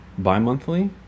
Bimonthly